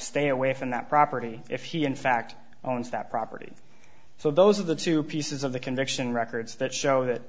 stay away from that property if he in fact owns that property so those are the two pieces of the conviction records that show that